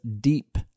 deep